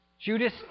Judas